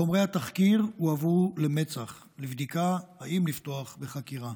חומרי התחקיר הועברו למצ"ח לבדיקה אם לפתוח בחקירה.